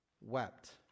wept